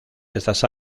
estas